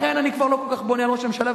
לכן אני כבר לא כל כך בונה על ראש הממשלה,